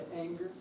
anger